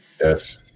Yes